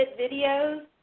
videos